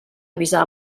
avisar